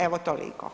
Evo, toliko.